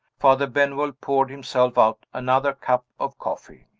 father benwell poured himself out another cup of coffee.